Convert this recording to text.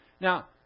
Now